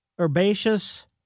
herbaceous